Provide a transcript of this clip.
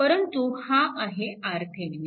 परंतु हा आहे RThevenin